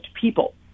people